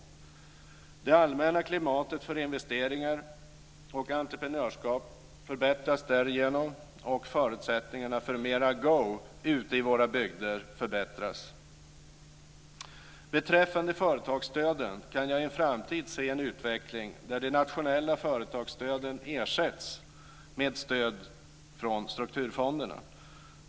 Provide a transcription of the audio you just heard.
Det allmänna klimatet för investeringar och entreprenörskap förbättras därigenom, och förutsättningarna för mera go ute i våra bygder förbättras. Beträffande företagsstöden kan jag i en framtid se en utveckling där de nationella företagsstöden ersätts med stöd från strukturfonderna.